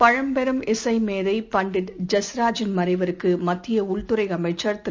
பழம்பெரும் இசைமேதைபண்டிட் ஐஸ்ராஜின் மறைவுக்குமத்தியஉள்துறைஅமைச்சர் திரு